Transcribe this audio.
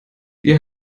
wir